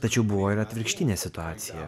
tačiau buvo ir atvirkštinė situacija